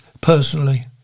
personally